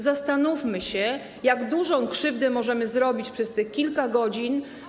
Zastanówmy się, jak dużą krzywdę możemy zrobić przez te kilka godzin.